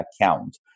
account